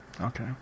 okay